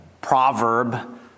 proverb